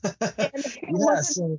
Yes